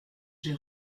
j’ai